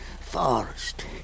forest